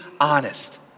honest